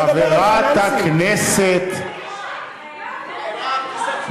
רפורמות מרחיקות